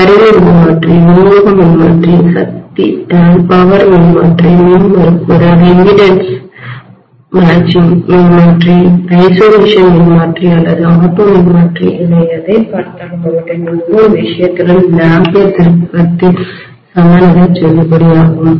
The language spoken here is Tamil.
கருவி மின்மாற்றி விநியோக மின்மாற்றி சக்திபவர் மின்மாற்றி மின்மறுப்புஇம்பிடிடன்ஸ் பொருந்தக்கூடிய மின்மாற்றி தனிமைஐசொலேஷன் மின்மாற்றி அல்லது ஆட்டோ மின்மாற்றி என எதைபார்த்தாலும்அவற்றின் ஒவ்வொரு விஷயத்திலும் இந்த ஆம்பியர் திருப்பத்தின் சமநிலை செல்லுபடியாகும்